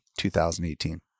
2018